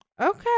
okay